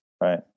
right